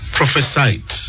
prophesied